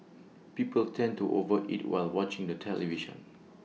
people tend to over eat while watching the television